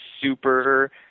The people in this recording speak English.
super